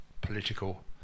political